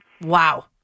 Wow